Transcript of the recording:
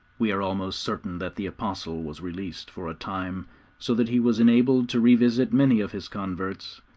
we are almost certain that the apostle was released for a time so that he was enabled to revisit many of his converts,